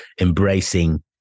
embracing